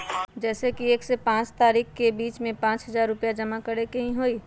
जैसे कि एक से पाँच तारीक के बीज में पाँच हजार रुपया जमा करेके ही हैई?